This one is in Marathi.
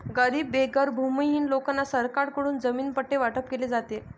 गरीब बेघर भूमिहीन लोकांना सरकारकडून जमीन पट्टे वाटप केले जाते